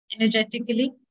energetically